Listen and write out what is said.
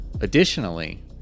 Additionally